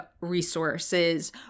resources